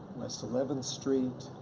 west eleventh street.